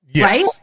right